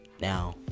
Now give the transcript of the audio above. Now